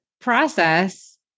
process